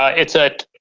ah it's at